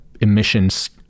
emissions